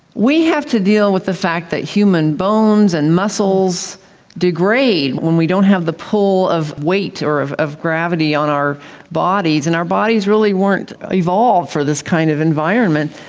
we have to deal with the fact that human bones and muscles degrade when we don't have the pull of weight or of of gravity on our bodies, and our bodies really weren't evolved for this kind of environment.